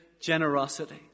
generosity